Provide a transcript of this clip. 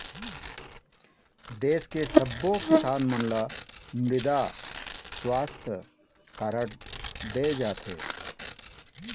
देस के सब्बो किसान मन ल मृदा सुवास्थ कारड दे जाथे